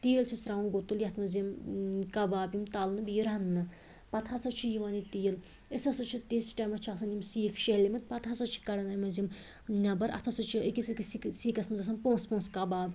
تیٖل چھِس ترٛاوان گُتُل یتھ مَنٛز یِم کباب یِن تَلنہٕ بیٚیہِ رَننہٕ پَتہٕ ہَسا چھُ یِوان یہِ تیٖل أسۍ ہَسا چھ تیٖتِس ٹایمَس چھِ آسان یِم سیٖکھ شیٚہلیمٕتۍ پَتہٕ ہَسا چھِ کَڑان اَمہِ مَنٛز یِم نیٚبَر اتھ ہَسا چھ أکِس أکِس سیٖکَس مَنٛز آسان پانٛژھ پانٛژھ کباب